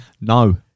No